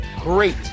great